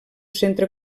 centre